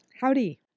Howdy